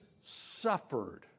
suffered